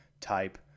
type